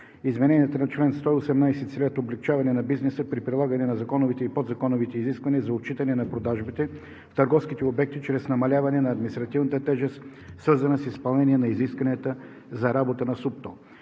Измененията на чл. 118 целят облекчаване на бизнеса при прилагането на законовите и подзаконовите изисквания за отчитане на продажбите в търговските обекти чрез намаляване на административната тежест, свързана с изпълнението на изискванията за работа на СУПТО.